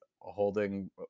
holding